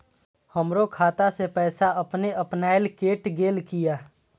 हमरो खाता से पैसा अपने अपनायल केट गेल किया?